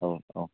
औ औ